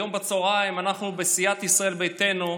היום בצוהריים אנחנו, בסיעת ישראל ביתנו,